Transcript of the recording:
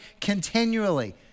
continually